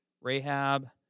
Rahab